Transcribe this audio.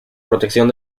protección